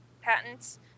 patents